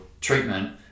treatment